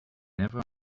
never